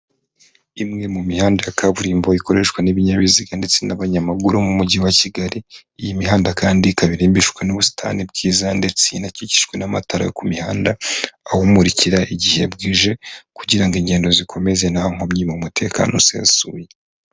Imwe mu mihanda ya kaburimbo, ikoreshwa n'ibinyabiziga ndetse n'abanyamaguru mu mujyi wa Kigali, iyi mihanda kandi ikaba irimbishwa n'ubusitani bwiza ndetse inakikijwe n'amatara yo ku mihanda, awumurikira igihe bwije kugirango ingendo zikomeze nta nkomyi mu mutekano usesuye.